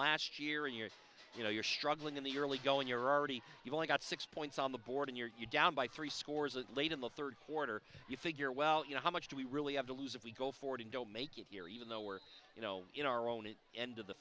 last year a year you know you're struggling in the early going you're already you've only got six points on the board and you're down by three scores and late in the third quarter you figure well you know how much do we really have to lose if we go forward and don't make it here even though we're you know in our own an end of the